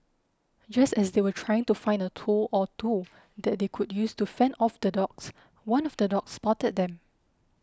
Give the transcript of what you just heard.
just as they were trying to find a tool or two that they could use to fend off the dogs one of the dogs spotted them